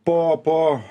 po po